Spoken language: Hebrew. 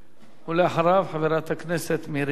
אחריו, חברת הכנסת מירי רגב.